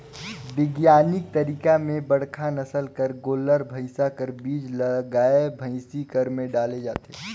बिग्यानिक तरीका में बड़का नसल कर गोल्लर, भइसा कर बीज ल गाय, भइसी कर में डाले जाथे